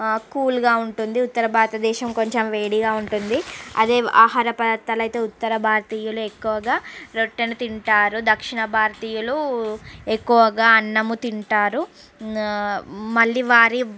cool గా ఉంటుంది ఉత్తర భారతదేశం కొంచెం వేడిగా ఉంటుంది అదే ఆహార పదార్థాలైతే ఉత్తర భారతీయులు ఎక్కువగా రొట్టెను తింటారు దక్షణ భారతీయులు ఎక్కువగా అన్నం తింటారు మళ్ళీ వారి